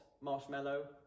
marshmallow